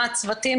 מה הצוותים,